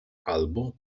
albo